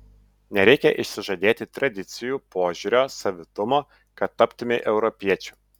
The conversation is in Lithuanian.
nereikia išsižadėti tradicijų požiūrio savitumo kad taptumei europiečiu